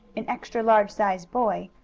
an extra-large size boy,